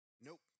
nope